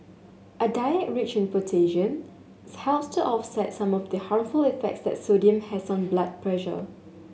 a diet rich in potassium helps to offset some of the harmful effects that sodium has on blood pressure